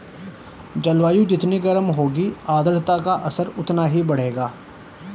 जलवायु जितनी गर्म होगी आर्द्रता का स्तर उतना ही बढ़ेगा